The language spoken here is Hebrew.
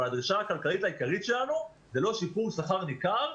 אבל הדרישה הכלכלית העיקרית שלנו זה לא שיפור שכר ניכר,